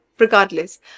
Regardless